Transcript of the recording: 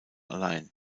allein